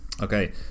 Okay